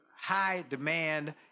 high-demand